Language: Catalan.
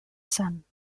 sant